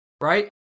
Right